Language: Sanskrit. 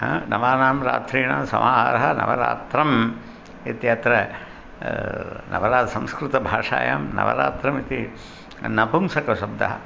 हा नवानां रात्रीणां समाहारः नवरात्रम् इत्यत्र नवरा संस्कृतभाषायां नवरात्रम् इति नपुंसकशब्दः